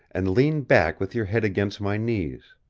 and lean back with your head against my knees.